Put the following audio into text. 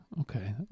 Okay